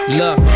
look